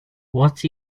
what